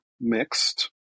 mixed